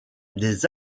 des